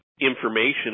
information